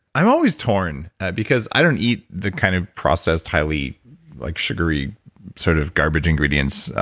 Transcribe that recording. i'm always torn because i don't eat the kind of processed, highly like sugary sort of garbage ingredients,